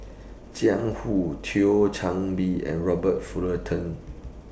Jiang Hu Thio Chan Bee and Robert Fullerton